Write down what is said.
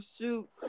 shoot